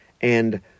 and